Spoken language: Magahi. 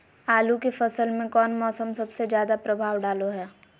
आलू के फसल में कौन मौसम सबसे ज्यादा प्रभाव डालो हय?